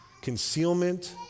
concealment